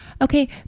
okay